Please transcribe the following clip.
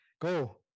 Go